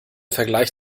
vergleich